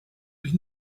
with